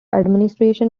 administration